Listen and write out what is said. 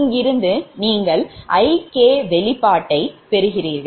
இங்கிருந்து நீங்கள் Ik வெளிப்பாட்டை பெறுவீர்கள்